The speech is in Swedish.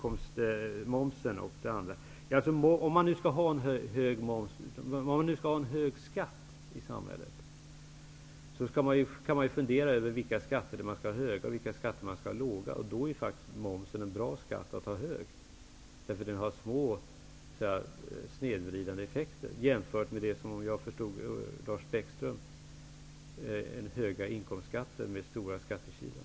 Om vi skall ha höga skatter i samhället kan man ju fundera över vilka skatter som skall vara höga och vilka skatter som skall vara låga. Då är faktiskt momsen en bra skatt att ha hög. Den har små snedvridande effekter jämfört med det som jag förstod att Lars Bäckström talade om med höga inkomstskatter med stora skattekilar.